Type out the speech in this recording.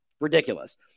Ridiculous